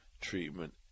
treatment